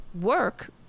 work